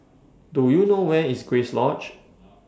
Do YOU know Where IS Grace Lodge